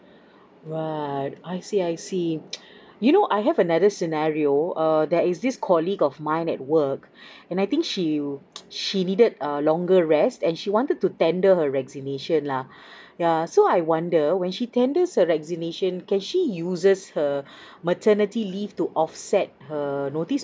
right I see I see you know I have another scenario err there is this colleague of mine at work and I think she will she needed a longer rest and she wanted to tender her resignation lah yeah so I wonder when she tenders her resignation can she uses her maternity leave to offset her notice